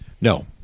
No